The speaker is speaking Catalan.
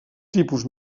tipus